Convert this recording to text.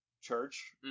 church